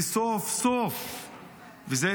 וסוף-סוף יש הצלחה למשטרה.